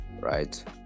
right